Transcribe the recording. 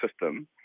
system